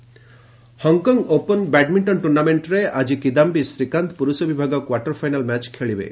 badminton Hong Kong open badminton ଟୁର୍ଣ୍ଣାମେଣ୍ଟରେ ଆଜି କିଦାୟୀ ଶ୍ରୀକାନ୍ତ ପୁର୍ଷ ବିଭାଗ କ୍ୱାର୍ଟର ଫାଇନାଲ୍ ମ୍ୟାଚ୍ ଖେଳିବେ